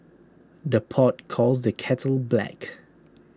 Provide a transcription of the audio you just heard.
the pot calls the kettle black